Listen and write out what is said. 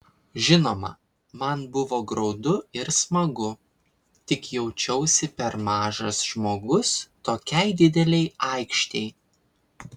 žinoma man buvo graudu ir smagu tik jaučiausi per mažas žmogus tokiai didelei aikštei